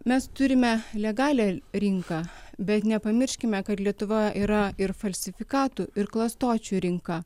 mes turime legalią rinką bet nepamirškime kad lietuva yra ir falsifikatų ir klastočių rinka